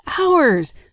hours